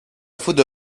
faute